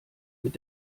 mit